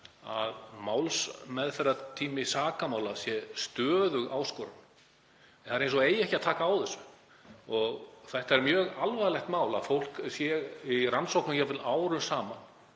að málsmeðferðartími sakamála sé stöðug áskorun. Það er eins og það eigi ekki að taka á þessu. Það er mjög alvarlegt mál að fólk sé í rannsókn jafnvel árum saman